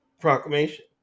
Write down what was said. Proclamation